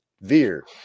Veer